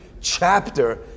chapter